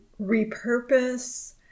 repurpose